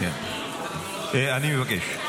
כן, כן, אני מבקש.